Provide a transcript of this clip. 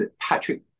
patrick